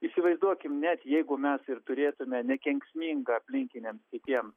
įsivaizduokim net jeigu mes ir turėtume nekenksmingą aplinkiniam kitiem